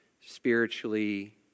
spiritually